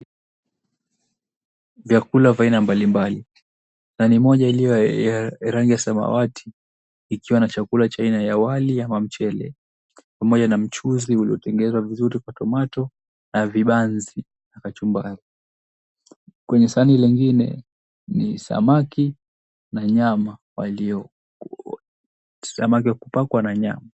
Vyakula vya aina mbalimbali. Sahani moja iliyo ya rangi ya samawati ikiwa na chakula cha aina ya wali ama mchele pamoja na mchuzi uliotengenezwa vizuri kwa tomato na vibanzi na kachumbari. Kwenye sahani lingine ni samaki na nyama walio, samaki wa kupakwa na nyama.